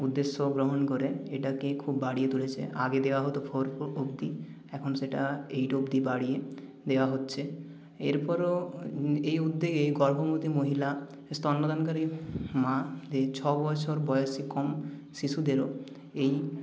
উদ্দেশ্য গ্রহণ করে এটাকে খুব বাড়িয়ে তুলেছে আগে দেওয়া হতো ফোর অবধি এখন সেটা এইট অবধি বাড়িয়ে দেওয়া হচ্ছে এর পরও এই এই গর্ভবতী মহিলা স্তন্যদানকারী মাদের ছবছর বয়সী কম শিশুদেরও এই